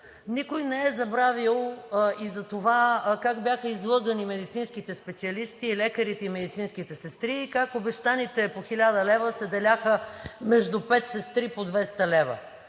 Никой не е забравил и за това как бяха излъгани медицинските специалисти – лекарите и медицинските сестри, и как обещаните по 1000 лв. се деляха между пет сестри по 200 лв.